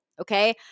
okay